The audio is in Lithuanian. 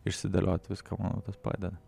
išsidėliot viską manau tas padeda